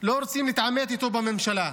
לא רוצים להתעמת איתו בממשלה.